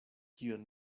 kion